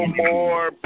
more